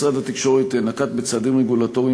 משרד התקשורת נקט בשנים האחרונות צעדים רגולטוריים